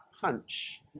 punch